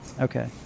okay